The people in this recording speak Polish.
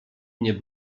nie